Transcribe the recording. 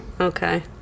Okay